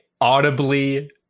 audibly